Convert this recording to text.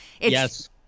Yes